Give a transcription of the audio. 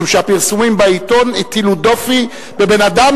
משום שהפרסומים בעיתון הטילו דופי בבן-אדם,